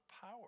power